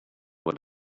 what